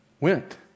went